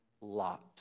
Lot